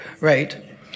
right